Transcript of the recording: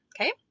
Okay